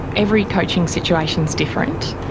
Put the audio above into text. every coaching situation is different.